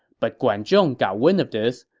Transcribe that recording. but guan zhong got wind of this,